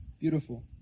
Beautiful